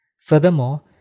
Furthermore